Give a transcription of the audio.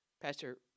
Pastor